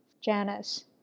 Janice